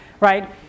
right